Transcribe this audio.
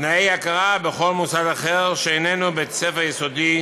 תנאי הכרה בבל מוסד אחר שאיננו בית-ספר יסודי